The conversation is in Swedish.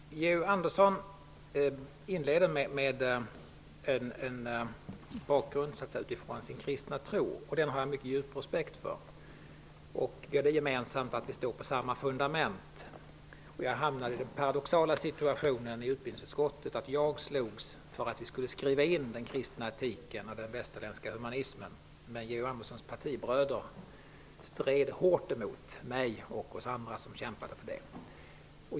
Fru talman! Georg Andersson inleder med att bakgrunden till hans ställningstagande utgår från hans kristna tro. Den har jag en mycket djup respekt för. Vi har det gemensamt att vi står på samma fundament. Och jag hamnade i den paradoxala situationen i utbildningsutskottet att jag var den som slogs för att den kristna etiken och den västerländska humanismen skulle tas med i skrivningen, men Georg Anderssons partibröder stred hårt emot mig och andra som kämpade för det.